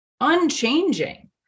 unchanging